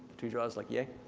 two jaws like yay.